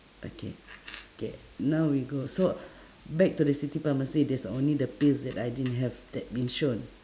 okay okay now we go so back to the city pharmacy there's only the pills that I didn't have that been shown